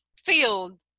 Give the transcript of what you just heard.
field